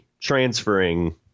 transferring